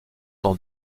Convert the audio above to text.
dans